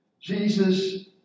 Jesus